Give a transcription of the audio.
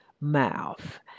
mouth